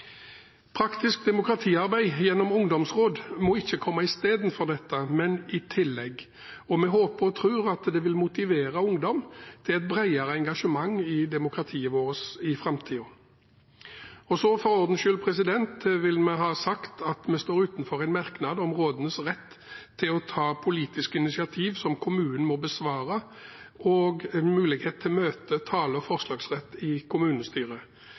Praktisk demokratiarbeid gjennom ungdomsråd må ikke komme i stedet for dette, men i tillegg. Vi håper og tror at det vil motivere ungdom til et bredere engasjement i demokratiet vårt i framtiden. For ordens skyld vil vi ha sagt at vi ikke er med på en merknad om rådenes rett til «å ta politiske initiativ som kommunen må besvare, og mulighet til møte-, tale- og forslagsrett i kommunestyret».